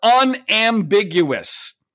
unambiguous